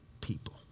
people